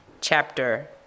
chapter